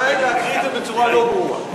הכוונה היא להקריא את זה בצורה לא ברורה.